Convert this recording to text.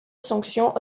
sanction